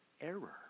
error